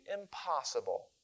impossible